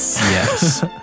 Yes